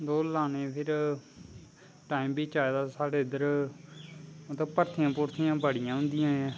दौड़ लानें गी टाईम बी चाही दा इध्दर इध्दर भर्थियां भुर्थियां बड़ियां होंदियां नै